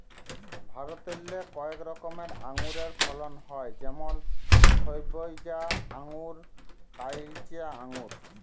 ভারতেল্লে কয়েক রকমের আঙুরের ফলল হ্যয় যেমল সইবজা আঙ্গুর, কাইলচা আঙ্গুর